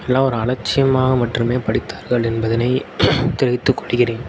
எல்லாம் ஒரு அலட்சியமாக மற்றுமே படித்தார்கள் என்பதனை தெரிவித்து கொள்கிறேன்